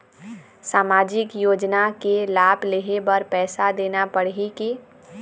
सामाजिक योजना के लाभ लेहे बर पैसा देना पड़ही की?